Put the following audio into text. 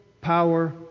power